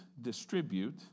distribute